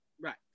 right